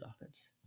offense